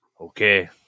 Okay